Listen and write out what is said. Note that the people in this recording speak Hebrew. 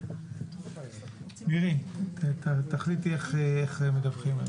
מירי, תחליטי איך מדווחים.